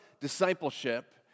discipleship